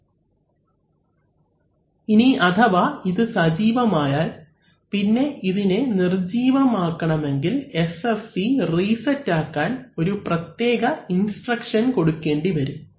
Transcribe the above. അവലംബിക്കുന്ന സ്ലൈഡ് സമയം 1328 ഇനി അഥവാ ഇത് സജീവമായാൽ പിന്നെ ഇതിനെ നിർജീവം ആകണമെങ്കിൽ SFC റീസെറ്റ് ആക്കാൻ ഒരു പ്രത്യേക ഇൻസ്ട്രക്ഷൻ കൊടുക്കേണ്ടിവരും